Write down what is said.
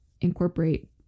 incorporate